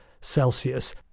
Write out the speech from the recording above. Celsius